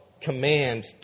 command